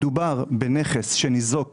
מדובר בנכס שניזוק